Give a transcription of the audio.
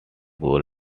goal